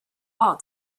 all